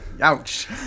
Ouch